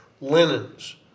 linens